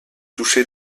touché